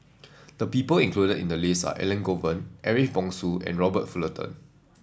the people included in the list are Elangovan Ariff Bongso and Robert Fullerton